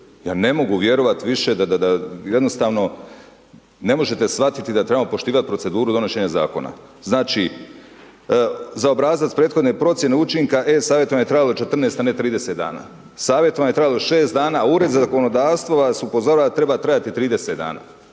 Ja ne mogu vjerovat više, da jednostavno ne možete shvatiti da trebamo poštivati proceduru donošenja Zakona. Znači, za obrazac prethodne procjene učinka e-savjetovanja je trebalo 14 a ne 30 dana. Savjetovanje je trajalo 6 dana. Ured za zakonodavstvo vas upozorava da treba trajati 30 dana.